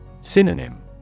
Synonym